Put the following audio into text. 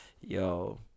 Yo